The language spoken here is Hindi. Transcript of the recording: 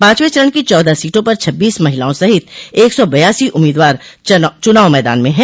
पाँचवे चरण की चौदह सीटों पर छब्बीस महिलाओं सहित एक सौ बयासी उम्मीदवार चुनाव मैंदान में हैं